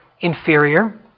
inferior